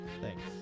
thanks